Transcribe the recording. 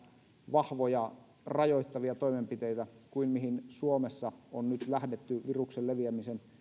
vahvoja rajoittavia toimenpiteitä kuin mihin suomessa on nyt lähdetty viruksen leviämisen